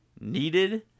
needed